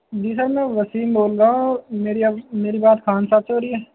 جی sir میں وسیم بول رہا ہوں میری بات خان صاحب سے ہو رہی ہے